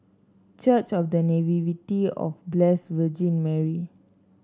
church of The Nativity of Blessed Virgin Mary